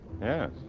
Yes